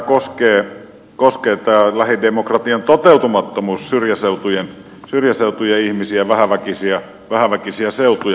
erityisestihän tämä lähidemokratian toteutumattomuus koskee syrjäseutujen ihmisiä vähäväkisiä seutuja